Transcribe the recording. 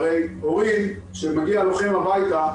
הרי כשמגיע לוחם הביתה,